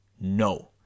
no